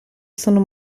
sono